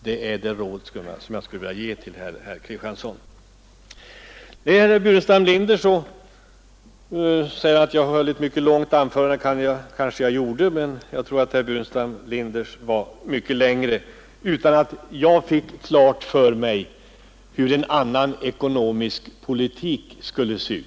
Herr Burenstam Linder sade att jag höll ett mycket långt anförande och det gjorde jag kanske, men jag tror att herr Burenstam Linders var ännu längre utan att jag fick klart för mig hur en annan ekonomisk politik skulle se ut.